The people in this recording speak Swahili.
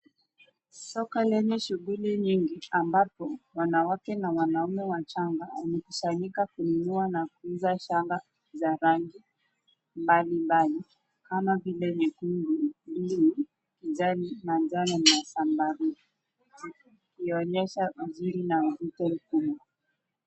Soko lenye shughuli nyingi ambapo wanawake na wanaume wachanga wamekusanyika kununua na kuuza shanga za rangi mbalimbali kama vile nyekundu, blue , kijani na njano na zambarua. Huonyesha uzuri na mvuto mkubwa.